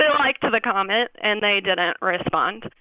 liked the comment. and they didn't respond,